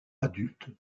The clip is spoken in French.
adulte